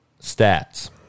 stats